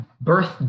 birth